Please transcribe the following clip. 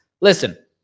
Listen